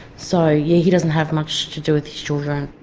so yeah he doesn't have much to do with his children.